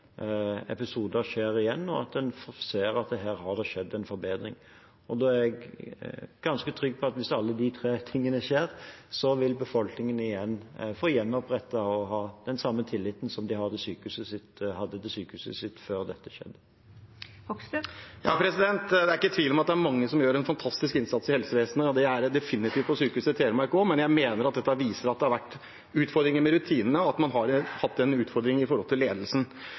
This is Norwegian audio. har skjedd en forbedring. Jeg er ganske trygg på at hvis alle de tre tingene skjer, vil befolkningen få gjenopprettet den samme tilliten de hadde til sykehuset sitt før dette skjedde. Det er ikke tvil om at det er mange som gjør en fantastisk innsats i helsevesenet, og det er det definitivt på Sykehuset Telemark også, men jeg mener at dette viser at det har vært utfordringer med rutinene, og at man har hatt en utfordring knyttet til ledelsen.